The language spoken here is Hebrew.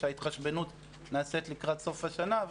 שההתחשבנות נעשית לקראת סוף השנה.